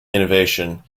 innovation